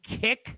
kick